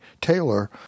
Taylor